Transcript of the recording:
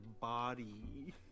body